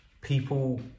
people